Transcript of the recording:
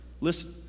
Listen